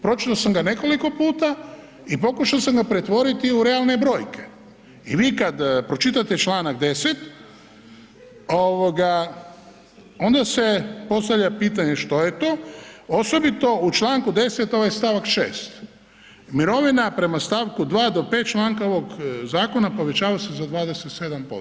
Pročitao sam ga nekoliko puta i pokušao sam ga pretvoriti u realne brojke i vi kad pročitate čl. 10. onda se postavlja pitanje što je to, osobito u čl. 10. ovaj st. 6., mirovina prema st. 2.-5. članka ovog zakona povećava se za 27%